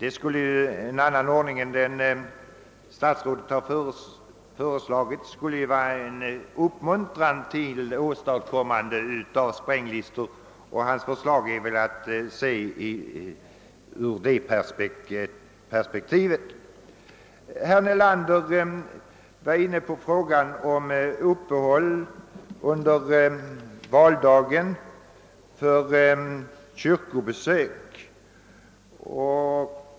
En annan ordning än den av statsrådet föreslagna skulle emellertid innebära en uppmuntran till upprättande av spränglistor, och hans förslag får ses ur detta perspektiv. Herr Nelander tog upp frågan om ett uppehåll under valförrättningen för kyrkobesök.